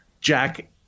Jack